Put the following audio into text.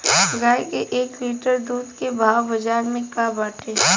गाय के एक लीटर दूध के भाव बाजार में का बाटे?